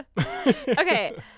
Okay